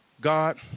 God